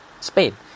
Spain